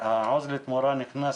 מה אתה מקבל עבור זה?